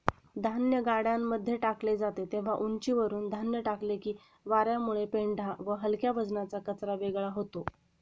धान्य गाड्यांमध्ये टाकले जाते तेव्हा उंचीवरुन धान्य टाकले की वार्यामुळे पेंढा व हलक्या वजनाचा कचरा वेगळा होतो